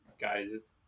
guys